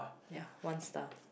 ya one star